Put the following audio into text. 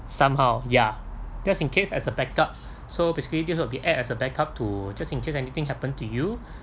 somehow ya just in case as a back up so basically this will be act as a backup to just in case anything happen to you